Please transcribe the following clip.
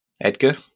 Edgar